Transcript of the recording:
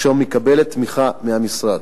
אשר מקבלת תמיכה מהמשרד.